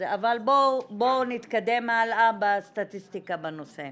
אבל בואו נתקדם הלאה בסטטיסטיקה בנושא.